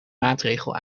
maatregel